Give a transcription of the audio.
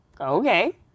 Okay